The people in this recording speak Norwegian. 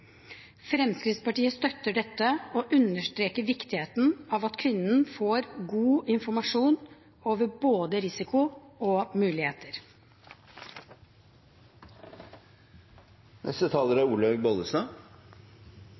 Fremskrittspartiet støtter dette og understreker viktigheten av at kvinnen får god informasjon om både risiko og muligheter.